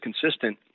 consistent